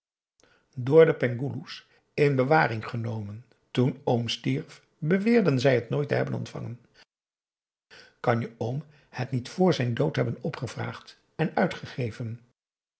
door de penghoeloes in bewaring genomen toen oom stierf beweerden zij het nooit te hebben ontvangen kan je oom het niet vr zijn dood hebben opgevraagd en uitgegeven